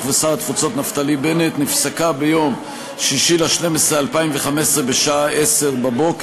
ושר התפוצות נפתלי בנט נפסקה ביום 6 בדצמבר 2015 בשעה 10:00,